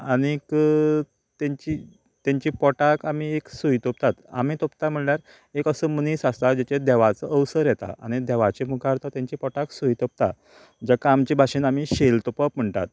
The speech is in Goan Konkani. आनीक तेंची तेंची पोटाक आमी एक सुरी तोपतात आमी तोपतात म्हळ्यार एक असो मनीस आसता जेचेर देवाचो अवसर येता आनी देवाच्या मुखार तो तेंचे पोटाक सुरी तोपता जाका आमचें भाशेन आमी शेल्प तोपप म्हणटात